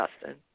justin